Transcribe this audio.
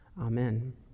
Amen